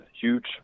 huge